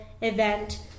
event